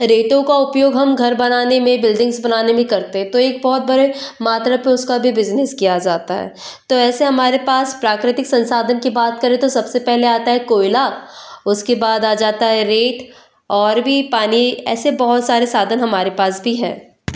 रेतों का उपयोग हम घर बनाने में बिल्डिंग्स बनाने में करते हैं तो एक बहुत बड़े मात्रा पर उसका भी बिज़नेस किया जाता है तो ऐसे हमारे पास प्राकृतिक संसाधन की बात करें तो सबसे पहले आता है कोयला उसके बाद आ जाता है रेत और भी पानी ऐसे बहुत सारे साधन हमारे पास भी हैं